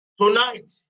tonight